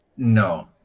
No